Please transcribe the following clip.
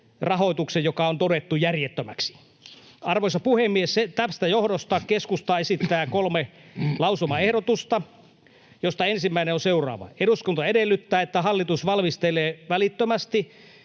rahoituksen, joka on todettu järjettömäksi. Arvoisa puhemies! Tämän johdosta keskusta esittää kolme lausumaehdotusta, joista ensimmäinen on seuraava: ”Eduskunta edellyttää, että hallitus valmistelee välittömästi